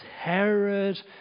Herod